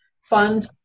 fund